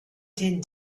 din